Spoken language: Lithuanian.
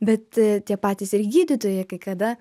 bet tie patys ir gydytojai kai kada